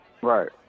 Right